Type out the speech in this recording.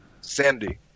Sandy